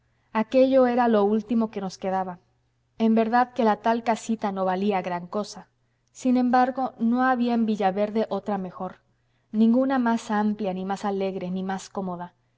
aquello era lo último que nos quedaba en verdad que la tal casita no valía gran cosa sin embargo no había en villaverde otra mejor ninguna más amplia ni más alegre ni mas cómoda